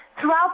throughout